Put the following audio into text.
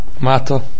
Mato